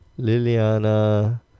Liliana